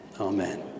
Amen